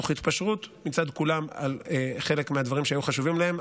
תוך התפשרות מצד כולם על חלק מהדברים שהיו חשובים להם,